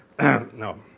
No